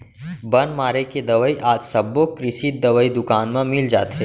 बन मारे के दवई आज सबो कृषि दवई दुकान म मिल जाथे